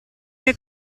che